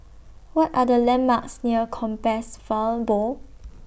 What Are The landmarks near Compassvale Bow